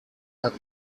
have